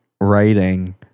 writing